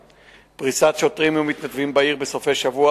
פריסת שוטרים ומתנדבים בעיר בסופי שבוע,